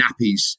nappies